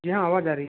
जी हाँ आवाज़ आ रही